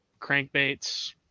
crankbaits